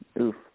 Oof